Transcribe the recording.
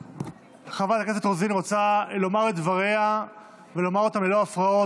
חברת הכנסת רוזין רוצה לומר את דבריה ולומר אותם ללא הפרעות.